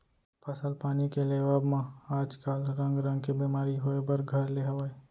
फसल पानी के लेवब म आज काल रंग रंग के बेमारी होय बर घर ले हवय